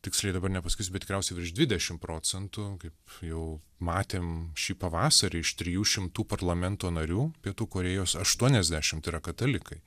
tiksliai dabar nepasakysiu bet tikriausiai virš dvidešimt procentų kaip jau matėm šį pavasarį iš trijų šimtų parlamento narių pietų korėjos aštuoniasdešimt yra katalikai